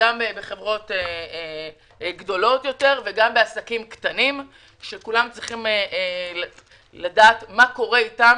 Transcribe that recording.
בחברות גדולות וגם בעסקים קטנים שכולם מבקשים לדעת מה קורה אתם